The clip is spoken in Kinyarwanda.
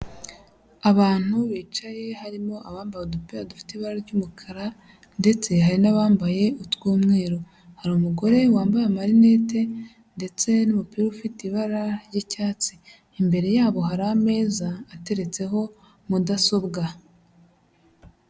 Abantu bicaye, harimo abambaye udupira dufite ibara ry'umukara ndetse hari n'abambaye utw'umweru, hari umugore wambaye amarinete ndetse n'umupira ufite ibara ry'icyatsi, imbere yabo hari ameza ateretseho mudasobwa.